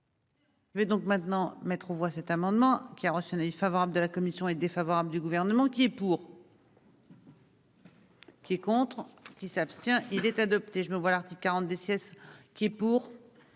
Mais donc maintenant mettre aux voix cet amendement qui a reçu un avis favorable de la commission est défavorable du gouvernement qui est pour.-- Qui contre qui s'abstient il est adopté. Je me vois leur dit 42 ce qui pour.